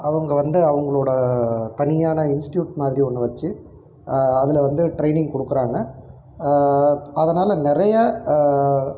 அவங்க வந்து அவர்களோட தனியான இன்ஸ்டியூட் மாதிரி ஒன்று வச்சு அதில் வந்து ட்ரைனிங் கொடுக்குறாங்க அதனாலே நிறைய